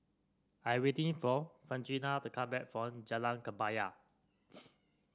I'm waiting for Francina to come back from Jalan Kebaya